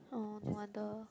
oh no wonder